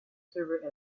server